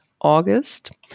august